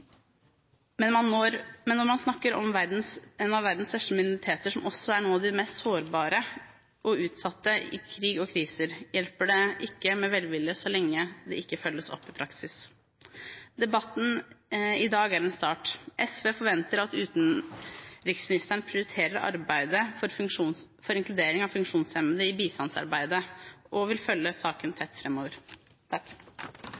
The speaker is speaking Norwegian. Men når man snakker om en av verdens største minoriteter, som også er noen av de mest sårbare og utsatte i krig og kriser, hjelper det ikke med velvilje så lenge det ikke følges opp i praksis. Debatten i dag er en start. SV forventer at utenriksministeren prioriterer arbeidet for inkludering av funksjonshemmede i bistandsarbeidet, og vil følge saken